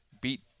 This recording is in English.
beat